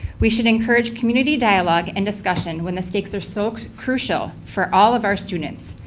we should encourage community dialogue and discussion when the stakes are so crucial for all of our students,